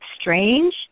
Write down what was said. strange